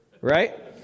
Right